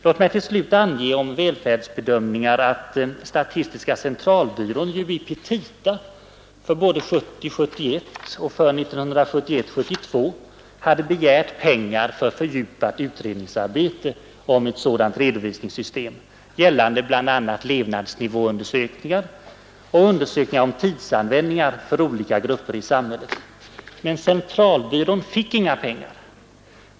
Låt mig till slut beträffande välfärdsbedömningar erinra om att statistiska centralbyrån i petita för 1970 72 hade begärt pengar för fördjupat utredningsarbete om ett sådant redovisningssystem, gällande bl.a. levnadsnivåundersökningar och undersökningar om tids användningar för olika grupper i samhället. Men centralbyrån fick inga pengar.